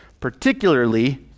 particularly